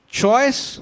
choice